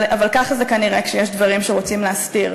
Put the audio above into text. אבל ככה זה כנראה כשיש דברים שרוצים להסתיר.